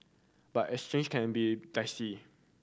but exchange can be dicey